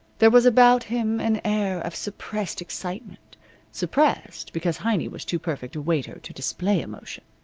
there was about him an air of suppressed excitement suppressed, because heiny was too perfect a waiter to display emotion.